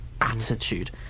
attitude